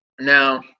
now